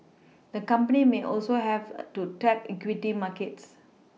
the company may also have to tap equity markets